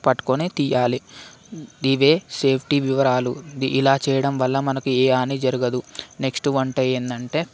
పట్టుకొని తీయాలి ఇవే సేఫ్టీ వివరాలు ఇలా చేయడం వల్ల మనకు ఏ హాని జరగదు నెక్స్ట్ వంట ఏంటంటే